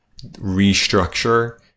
restructure